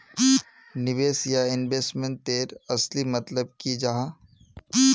निवेश या इन्वेस्टमेंट तेर असली मतलब की जाहा?